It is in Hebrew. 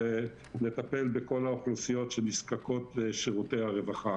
ולטפל בכל האוכלוסיות שנזקקות לשירותי הרווחה.